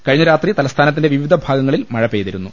കഴിഞ്ഞ രാത്രി തലസ്ഥാനത്തിന്റെ വിവിധ ഭാഗങ്ങളിൽ മഴ പെയ്തിരുന്നു